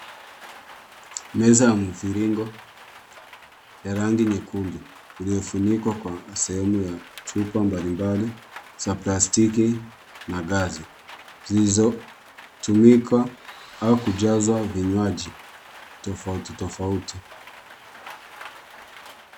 Meza ya mviringo ya rangi nyekundu iliyofunikwa kwa sehemu ya chupa mbalimbali za plastiki gazi zilizotumika kujazwa vinywaji tofauti tofauti.